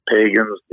Pagans